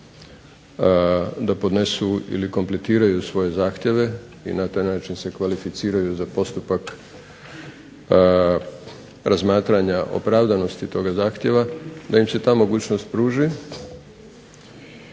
da podnesu ili kompletiraju svoje zahtjeve i na taj način se kvalificiraju za postupak razmatranja opravdanosti toga zahtjeva da im se ta mogućnost pruži